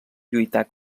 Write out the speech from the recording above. lluitar